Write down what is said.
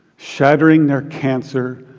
shattering their cancer,